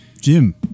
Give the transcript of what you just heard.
Jim